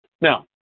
Now